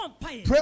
Pray